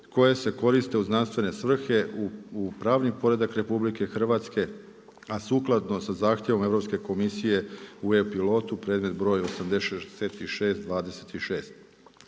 koje se koriste u znanstvene svrhe, u pravni poredak RH a sukladno sa zahtjevom Europske komisije u e-pilotu, predmet 86/26.